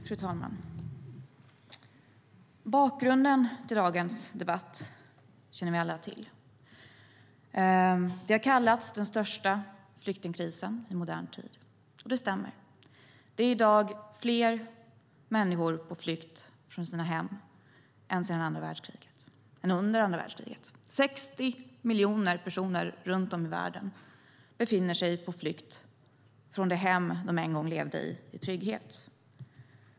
Fru talman! Bakgrunden till dagens debatt känner vi alla till. Det har kallats den största flyktingkrisen i modern tid, och det stämmer. Det är i dag fler människor på flykt från sina hem än under andra världskriget. 60 miljoner personer runt om i världen befinner sig på flykt från de hem som de en gång levde i trygghet i.